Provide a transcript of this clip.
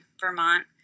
Vermont